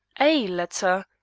a letter?